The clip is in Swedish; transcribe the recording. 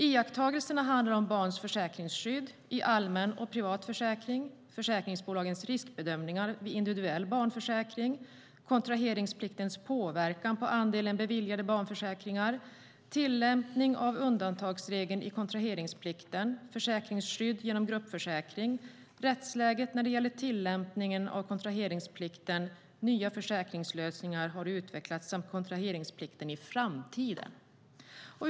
Iakttagelserna handlar om barns försäkringsskydd i allmän och privat försäkring, försäkringsbolagens riskbedömningar vid individuell barnförsäkring, kontraheringspliktens påverkan på andelen beviljade barnförsäkringar, tillämpning av undantagsregeln i kontraheringsplikten, försäkringsskydd genom gruppförsäkring, rättsläget när det gäller tillämpningen av kontraheringsplikten, nya försäkringslösningar som utvecklats samt kontraheringsplikten i framtiden.